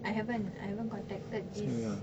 I haven't I haven't contacted this